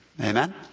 Amen